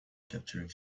capturing